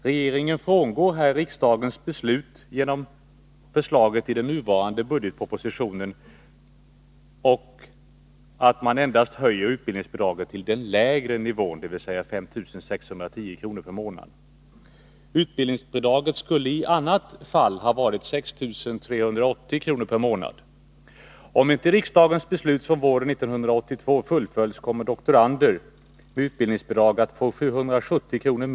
Regeringen frångår riksdagens beslut genom förslaget i den nuvarande budgetpropositionen att man endast skall höja utbildningsbidraget till den lägre nivån, dvs. 5 610 kr. mån. Om inte riksdagens beslut från våren 1982 fullföljs, kommer doktorander med utbildningsbidrag att få 770 kr.